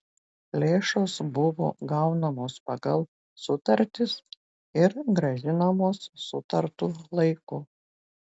lėšos buvo gaunamos pagal sutartis ir grąžinamos sutartu laiku